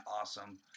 awesome